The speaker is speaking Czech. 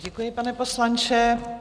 Děkuji, pane poslanče.